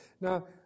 Now